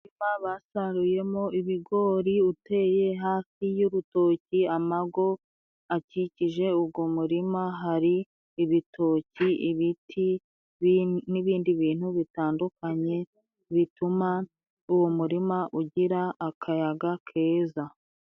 Umurima basaruyemo ibigori, uteye hafi y'urutoki, amago akikije ugwo muririma, hari ibitoki, ibiti n'ibindi bintu bitandukanye, bituma uwo murima ugira akayaga keza.